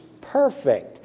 perfect